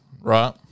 right